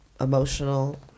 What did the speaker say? emotional